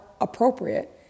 appropriate